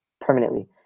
permanently